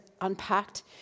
unpacked